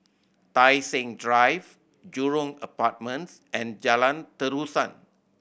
Tai Seng Drive Jurong Apartments and Jalan Terusan